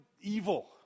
evil